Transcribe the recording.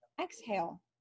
exhale